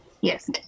Yes